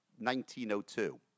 1902